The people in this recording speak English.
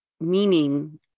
meaning